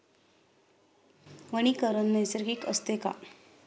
वनीकरण नैसर्गिक असते का?